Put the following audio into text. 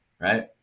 right